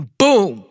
boom